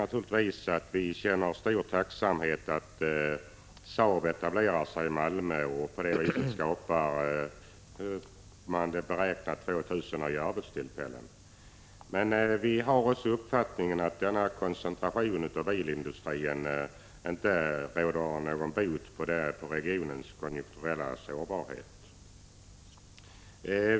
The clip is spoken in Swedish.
Naturligtvis känner vi stor tacksamhet över att Saab etablerar sig i Malmö. På det sättet skapar man ungefär 2 000 nya arbetstillfällen. Men samtidigt menar vi att en sådan här koncentration av bilindustrin inte råder bot på regionens konjunkturella sårbarhet.